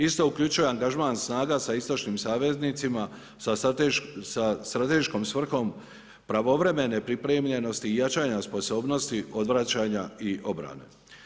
Isto uključuje angažman snaga sa istočnim saveznicima sa strateškom svrhom pravovremene pripremljenosti i jačanja sposobnosti odvraćanja i obrane.